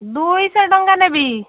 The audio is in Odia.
ଦୁଇଶହ ଟଙ୍କା ନେବି